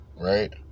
right